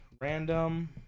Random